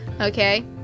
Okay